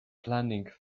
planning